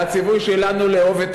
"ואהבתם את הגר" למה ארבע נשים?